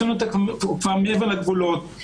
הם כבר מעבר לגבולות,